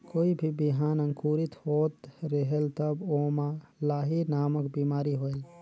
कोई भी बिहान अंकुरित होत रेहेल तब ओमा लाही नामक बिमारी होयल?